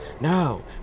No